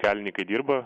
kelininkai dirba